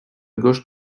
gauche